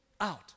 out